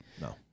No